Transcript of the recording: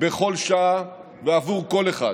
בכל שעה ועבור כל אחד.